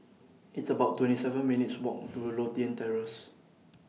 It's about twenty seven minutes' Walk to Lothian Terrace